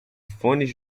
fones